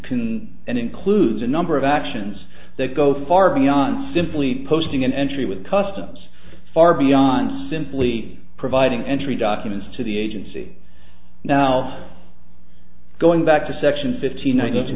and includes a number of actions that go far beyond simply posting an entry with customs far beyond simply providing entry documents to the agency now going back to section fift